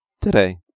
today